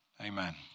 Amen